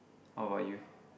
what about you